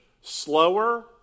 slower